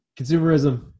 consumerism